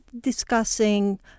discussing